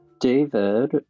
David